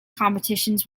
competitions